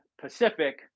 Pacific